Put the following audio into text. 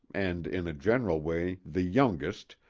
and in a general way the youngest,